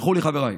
סלחו לי, חבריי,